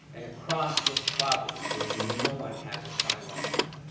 and across this provence there's no one has a sign like that.